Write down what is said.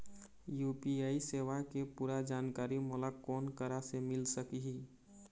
UPI सेवा के पूरा जानकारी मोला कोन करा से मिल सकही?